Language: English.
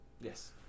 yes